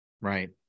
Right